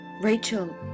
Rachel